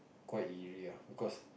quite eerie ah because